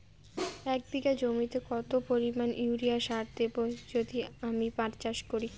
এক বিঘা জমিতে কত পরিমান ইউরিয়া সার দেব যদি আমি পাট চাষ করি?